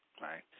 Right